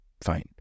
fine